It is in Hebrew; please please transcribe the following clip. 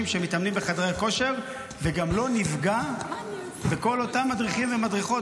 שמתאמנים בחדרי הכושר וגם לא נפגע בכל אותם מדריכים ומדריכות,